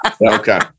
Okay